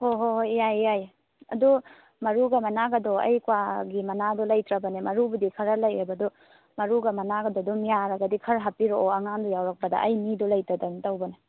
ꯍꯣꯍꯣ ꯍꯣꯏ ꯌꯥꯏꯌꯦ ꯌꯥꯏꯌꯦ ꯑꯗꯨ ꯃꯔꯨꯒ ꯃꯅꯥꯒꯗꯣ ꯑꯩ ꯀ꯭ꯋꯥꯒꯤ ꯃꯅꯥꯗꯣ ꯂꯩꯇ꯭ꯔꯕꯅꯦ ꯃꯔꯨꯕꯨꯗꯤ ꯈꯔ ꯂꯩꯌꯦꯕ ꯑꯗꯨ ꯃꯔꯨꯒ ꯃꯅꯥꯒꯗꯣ ꯑꯗꯨꯝ ꯌꯥꯔꯒꯗꯤ ꯈꯔ ꯍꯥꯞꯄꯤꯔꯛꯑꯣ ꯑꯉꯥꯡꯗꯣ ꯌꯥꯎꯔꯛꯄꯗ ꯑꯩ ꯃꯤꯗꯣ ꯂꯩꯇꯗꯅ ꯇꯧꯕꯅꯤ